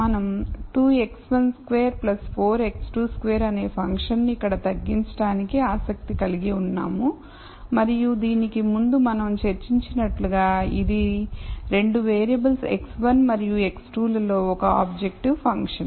మనం 2 x12 4 x22 అనే ఫంక్షన్ను ఇక్కడ తగ్గించటానికి ఆసక్తి కలిగి ఉన్నాము మరియు దీనికి ముందు మనం చర్చించినట్లుగా ఇది 2 వేరియబుల్స్ x1 మరియు x2 లలో ఒక ఆబ్జెక్టివ్ ఫంక్షన్